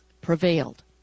Prevailed